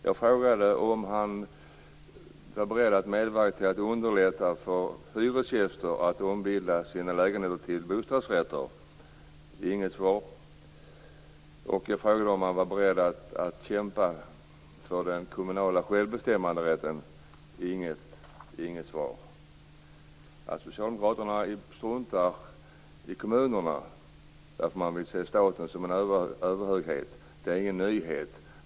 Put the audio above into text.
Jag frågade om statsrådet var beredd att underlätta för hyresgäster att ombilda sina lägenheter till bostadsrätter - inget svar. Jag frågade också om han var beredd att kämpa för den kommunala självbestämmanderätten - inget svar. Att socialdemokraterna struntar i kommunerna och att man vill se staten som en överhöghet är ingen nyhet.